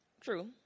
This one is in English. True